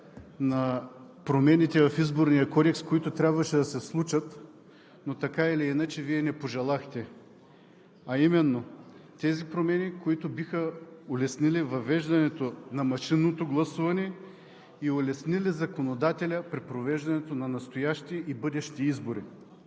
на промените в Изборния кодекс, които трябваше да се случат. Но така или иначе Вие не пожелахте, а именно тези промени, които биха улеснили въвеждането на машинното гласуване и улеснили законодателя при провеждането на настоящия и бъдещи избори,